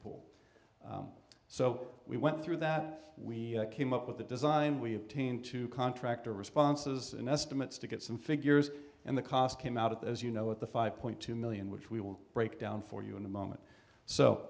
pool so we went through that we came up with the design we obtain to contractor responses and estimates to get some figures and the cost came out as you know with the five point two million which we will break down for you in a moment so